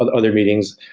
ah other meetings,